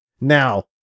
now